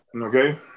Okay